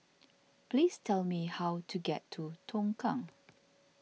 please tell me how to get to Tongkang